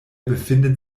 befindet